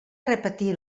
repetir